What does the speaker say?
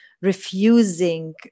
refusing